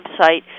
website